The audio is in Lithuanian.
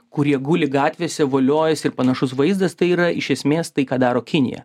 kurie guli gatvėse voliojasi ir panašus vaizdas tai yra iš esmės tai ką daro kinija